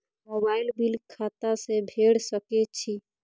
Mobile bill खाता से भेड़ सके छि?